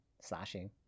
slashing